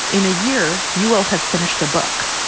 in a year you will have finished a book